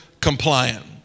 compliant